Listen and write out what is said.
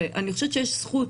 ואני חושבת שיש זכות